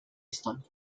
estonia